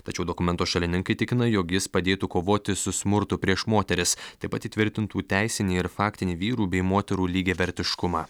tačiau dokumento šalininkai tikina jog jis padėtų kovoti su smurtu prieš moteris taip pat įtvirtintų teisinį ir faktinį vyrų bei moterų lygiavertiškumą